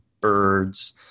birds